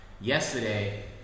yesterday